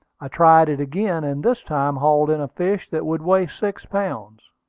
i tried it again, and this time hauled in a fish that would weigh six pounds.